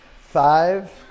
Five